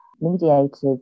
mediators